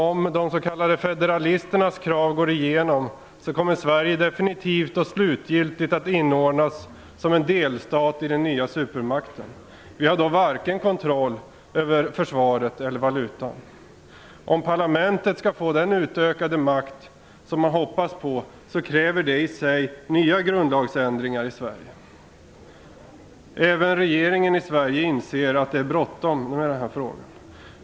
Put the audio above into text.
Om de s.k. federalisternas krav går igenom kommer Sverige definitivt och slutgiltigt att inordnas som en delstat i den nya supermakten. Vi har då varken kontroll över försvaret eller valutan. Om parlamentet skall få den utökade makt som man hoppas på kräver det i sig nya grundlagsändringar i Sverige. Även regeringen i Sverige inser att det är bråttom med den här frågan.